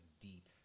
deep